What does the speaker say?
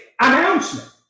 announcement